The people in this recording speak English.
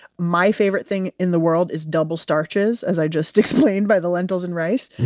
my favorite thing in the world is double starches, as i just explained by the lentils and rice.